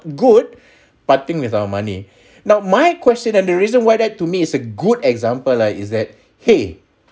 good parting with our money now my question and the reason why that to me is a good example lah is that !hey!